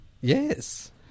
Yes